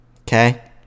okay